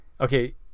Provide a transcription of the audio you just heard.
Okay